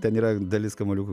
ten yra dalis kamuoliukų